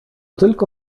tylko